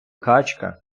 качка